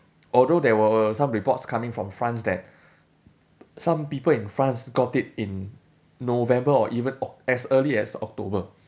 although there were some reports coming from france that some people in france got it in november or even oct~ as early as october